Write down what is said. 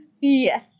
Yes